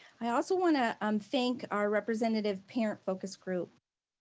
i also wanna um thank our representative parent focus group.